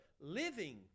living